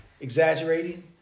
Exaggerating